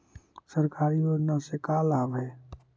सरकारी योजना से का लाभ है?